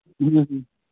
ᱦᱮᱸ ᱦᱮᱸ